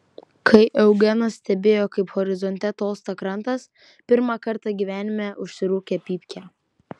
kai eugenas stebėjo kaip horizonte tolsta krantas pirmą kartą gyvenime užsikūrė pypkę